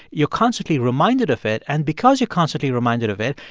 you're constantly reminded of it. and because you're constantly reminded of it,